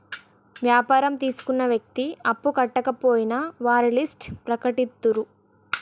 వ్యాపారం తీసుకున్న వ్యక్తి అప్పు కట్టకపోయినా వారి లిస్ట్ ప్రకటిత్తరు